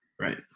Right